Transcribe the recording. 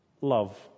love